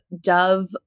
dove